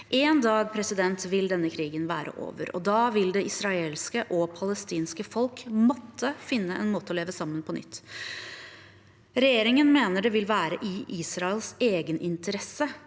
En dag vil denne krigen være over, og da vil det israelske og det palestinske folk måtte finne en måte å leve sammen på på nytt. Regjeringen mener det vil være i Israels egen interesse